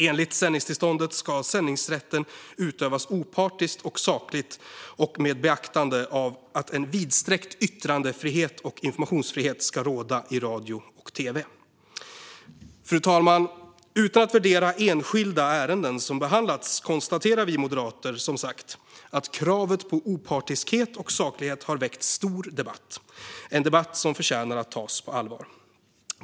Enligt sändningstillståndet ska sändningsrätten utövas opartiskt och sakligt och med beaktande av att en vidsträckt yttrandefrihet och informationsfrihet ska råda i radio och tv. Fru talman! Utan att värdera enskilda ärenden som behandlats konstaterar vi moderater, som sagt, att kravet på opartiskhet och saklighet har väckt stor debatt - en debatt som förtjänar att tas på allvar.